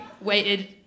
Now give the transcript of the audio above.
waited